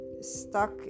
stuck